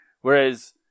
Whereas